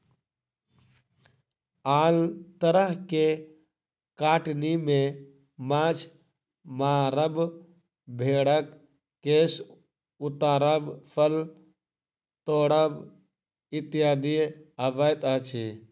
आन तरह के कटनी मे माछ मारब, भेंड़क केश उतारब, फल तोड़ब इत्यादि अबैत अछि